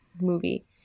movie